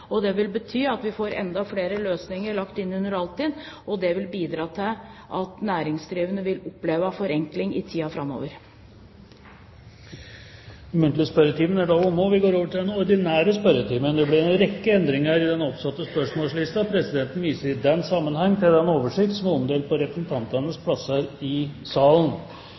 og det vil bety at vi vil få enda flere løsninger lagt inn under Altinn. Det vil bidra til at næringsdrivende vil oppleve forenkling i tiden framover. Den muntlige spørretimen er nå omme, og vi går over til den ordinære spørretimen. Det blir en rekke endringer i den oppsatte spørsmålslisten, og presidenten viser til oversikten som er omdelt på representantenes plasser i salen.